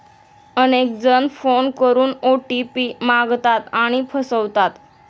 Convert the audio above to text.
अनेक जण फोन करून ओ.टी.पी मागतात आणि फसवतात